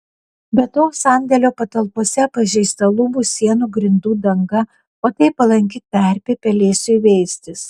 be to sandėlio patalpose pažeista lubų sienų grindų danga o tai palanki terpė pelėsiui veistis